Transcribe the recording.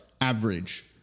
average